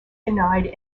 denied